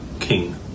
king